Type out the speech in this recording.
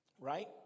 Right